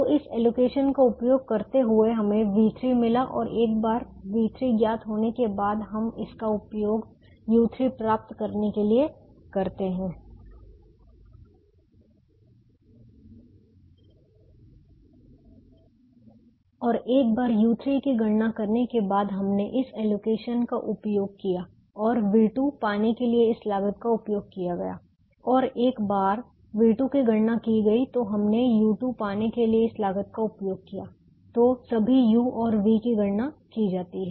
तो इस एलोकेशन का उपयोग करते हुए हमें v3 मिला और एक बार v3 ज्ञात होने के बाद हम इसका उपयोग u3 प्राप्त करने के लिए करते हैं और एक बार u3 की गणना करने के बाद हमने इस एलोकेशन का उपयोग किया और v2 पाने के लिए इस लागत का उपयोग किया गया और एक बार v2 की गणना की गई तो हमने u2 पाने के लिए इस लागत का उपयोग किया तो सभी u और v की गणना की जाती है